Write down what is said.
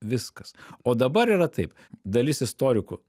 viskas o dabar yra taip dalis istorikų